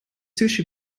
sushi